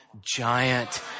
giant